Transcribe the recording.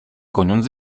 goniąc